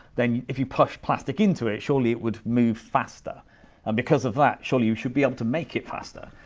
then if you push plastic into it, surely it would move faster, and because of that, surely you should be able to make it faster.